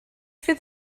fydd